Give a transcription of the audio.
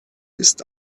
ist